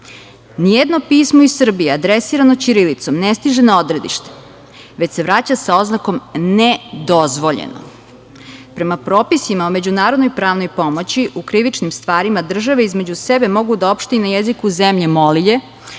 Nijedno pismo iz Srbije adresirano ćirilicom ne stiže na odredište, već se vraća sa oznakom „nedozvoljeno“.Prema propisima o međunarodnoj pravnoj pomoći u krivičnim stvarima, države između sebe mogu da opšte i na jeziku zemlje molilje,